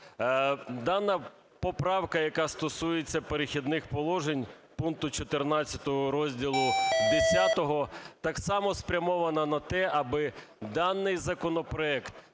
Дана поправка, яка стосується "Перехідних положень" пункту 14 Розділу Х, так само спрямована на те, аби даний законопроект